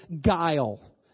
guile